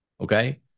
okay